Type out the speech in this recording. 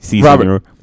Robert